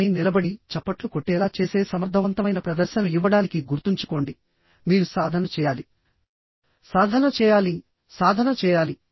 కానీ నిలబడి చప్పట్లు కొట్టేలా చేసే సమర్థవంతమైన ప్రదర్శనను ఇవ్వడానికి గుర్తుంచుకోండిమీరు సాధన చేయాలి సాధన చేయాలి సాధన చేయాలి